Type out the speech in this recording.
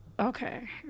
Okay